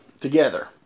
together